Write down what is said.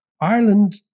Ireland